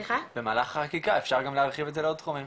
את מהלך החקיקה, אפשר להרחיב את זה לעוד תחומים.